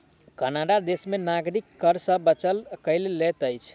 Canada देश में नागरिक कर सॅ बचाव कय लैत अछि